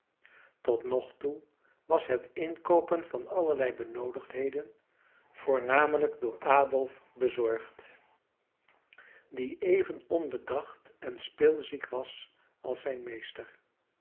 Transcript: tot nog toe was het inkoopen van allerlei benoodigdheden voornamelijk door adolf bezorgd die even onbedacht en spilziek was als zijn meester